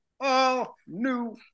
all-new